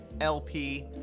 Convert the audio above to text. LP